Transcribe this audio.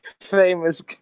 famous